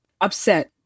upset